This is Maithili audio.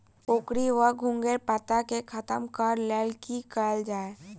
कोकरी वा घुंघरैल पत्ता केँ खत्म कऽर लेल की कैल जाय?